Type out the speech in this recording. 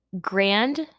grand